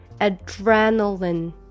Adrenaline